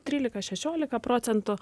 trylika šešiolika procentų